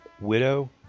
Widow